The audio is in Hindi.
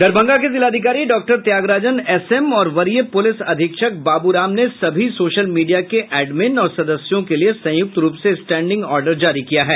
दरभंगा के जिलाधिकारी डॉ त्यागराजन एस एम और वरीय पुलिस अधीक्षक बाबूराम ने सभी सोशल मीडिया के एडमिन और सदस्यों के लिए संयुक्त रूप से स्टैडिंग आर्डर जारी किया है